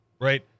right